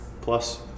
plus